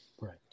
Right